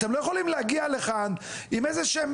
אתם לא יכולים להגיע לכאן עם איזשהם